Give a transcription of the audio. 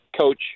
coach